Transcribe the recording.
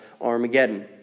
Armageddon